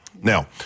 Now